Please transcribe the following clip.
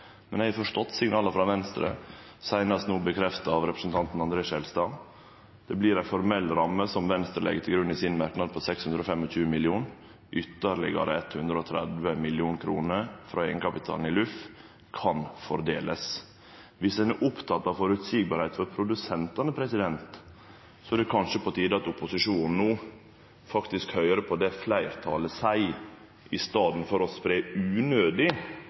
Men eg har forstått signala frå Venstre, seinast no bekrefta av representanten André Skjelstad. Det blir ei formell ramme, som Venstre legg til grunn i sin merknad, på 625 mill. kr. Ytterlegare 130 mill. kr frå eigenkapitalen i LUF kan fordelast. Viss ein er oppteken av føreseielegheit for produsentane, er det kanskje på tide at opposisjonen no faktisk høyrer på det som fleirtalet seier, i staden for å spreie unødig